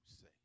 say